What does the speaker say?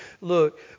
Look